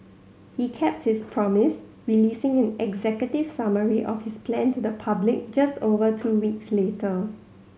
he kept his promise releasing an executive summary of his plan to the public just over two weeks later